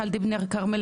מיכל דיבנר כרמל,